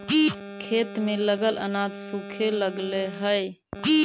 खेत में लगल अनाज सूखे लगऽ हई